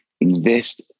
invest